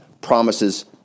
promises